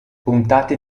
puntate